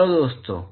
चलो दोस्तों